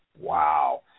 Wow